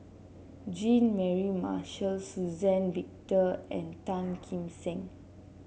Jean Mary Marshall Suzann Victor and Tan Kim Seng